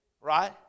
right